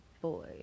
boy